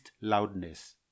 loudness